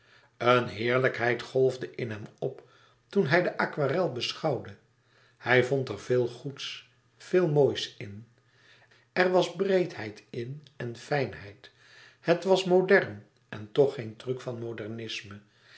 eene heerlijkheid golfde in hem op toen hij de aquarel beschouwde hij vond er veel goeds veel moois in er was breedheid in en fijnheid het was modern en toch geen truc van modernisme